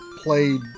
played